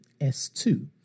S2